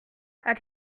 quelle